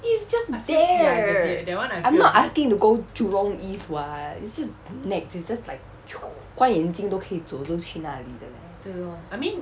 it's just there I'm not asking to go jurong east [what] it's just NEX is just 关眼睛都可以走路去那里的 leh